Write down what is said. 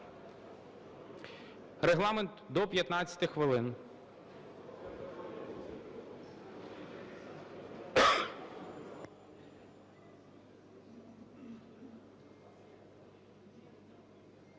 Регламент до 15 хвилин.